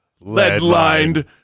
lead-lined